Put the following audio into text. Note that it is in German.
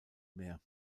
mehr